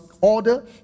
order